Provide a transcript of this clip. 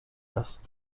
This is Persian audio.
است